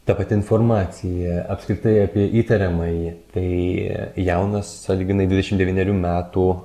ta pati informacija apskritai apie įtariamąjį tai jaunas sąlyginai dvidešim devynerių metų